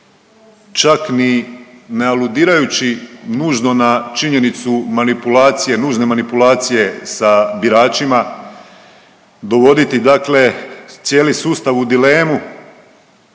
čak ni ne aludirajući nužno na činjenicu manipulacije, nužne manipulacije sa biračima, dovoditi dakle cijeli sustav u dilemu,